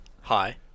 Hi